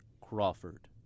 Crawford